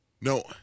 No